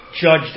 judged